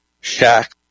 shack